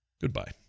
Goodbye